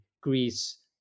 Greece